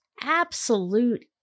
absolute